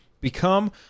Become